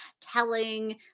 telling